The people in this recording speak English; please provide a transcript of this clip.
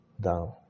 down